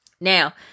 Now